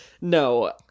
No